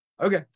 Okay